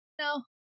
No